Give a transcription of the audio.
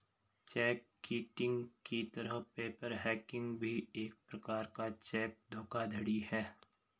check kiting की तरह paper hanging भी एक प्रकार का चेक धोखाधड़ी है